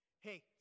Hey